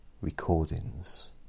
recordings